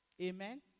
Amen